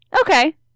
Okay